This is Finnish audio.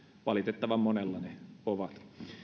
valitettavan monella ne ovat